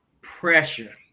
pressure